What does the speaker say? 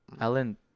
Alan